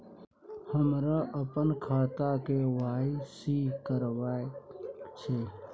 हमरा अपन खाता के के.वाई.सी करबैक छै